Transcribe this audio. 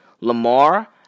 Lamar